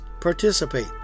participate